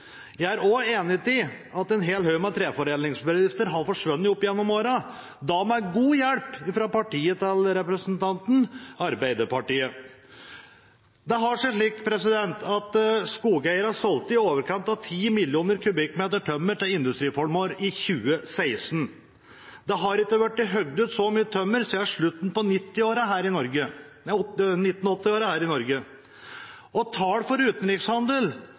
Jeg er også enig i at en hel haug med treforedlingsbedrifter har forsvunnet opp gjennom årene, med god hjelp fra partiet til representanten, Arbeiderpartiet. Det har seg slik at skogeiere solgte i overkant av 10 mill. m 3 tømmer til industriformål i 2016. Det har ikke vært hogd ut så mye tømmer siden slutten av 1980-årene her i Norge. Tall for utenrikshandel